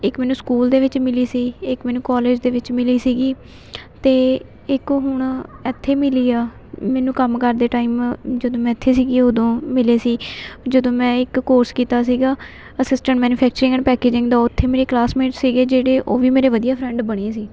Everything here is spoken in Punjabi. ਇੱਕ ਮੈਨੂੰ ਸਕੂਲ ਦੇ ਵਿੱਚ ਮਿਲੀ ਸੀ ਇੱਕ ਮੈਨੂੰ ਕੋਲੇਜ ਦੇ ਵਿੱਚ ਮਿਲੀ ਸੀਗੀ ਅਤੇ ਇੱਕ ਹੁਣ ਇੱਥੇ ਮਿਲੀ ਆ ਮੈਨੂੰ ਕੰਮ ਕਰਦੇ ਟਾਈਮ ਜਦੋਂ ਮੈਂ ਇੱਥੇ ਸੀਗੀ ਓਦੋਂ ਮਿਲੇ ਸੀ ਜਦੋਂ ਮੈਂ ਇੱਕ ਕੋਰਸ ਕੀਤਾ ਸੀਗਾ ਅਸਿਸਟੈਂਟ ਮੈਨੀਫੈਕਚਰਿੰਗ ਐਂਡ ਪੈਕੇਜਿੰਗ ਦਾ ਉੱਥੇ ਮੇਰੇ ਕਲਾਸਮੇਟ ਸੀਗੇ ਜਿਹੜੇ ਉਹ ਵੀ ਮੇਰੇ ਵਧੀਆ ਫਰੈਂਡ ਬਣੇ ਸੀ